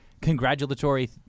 congratulatory